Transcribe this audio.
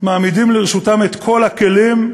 מעמידים לרשותם את כל הכלים,